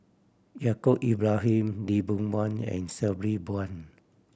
Yaacob Ibrahim Lee Boon Wang and Sabri Buang